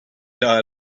diet